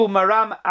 Maram